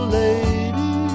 lady